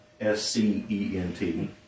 S-C-E-N-T